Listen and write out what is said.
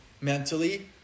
mentally